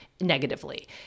negatively